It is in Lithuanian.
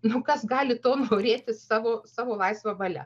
nu kas gali to norėti savo savo laisva valia